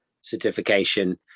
certification